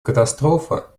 катастрофа